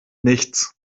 nichts